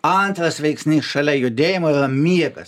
antras veiksnys šalia judėjimo yra miegas